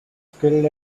skilled